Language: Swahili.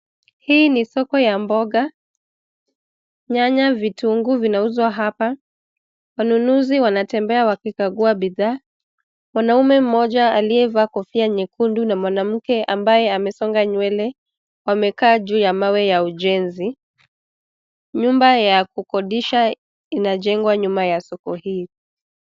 Hii ni soko ya mboga. Nyanya, vitunguu vinauzwa hapa. Wananuzi wanatembea wakikagua bidhaa. Mwanaume mmoja aliyevaa kofia nyekundu na mwanamke ambaye amesonga nywele wamekaa juu ya mawe ya ujenzi. Nyumba ya kukodisha inajengwa nyuma ya soko hii.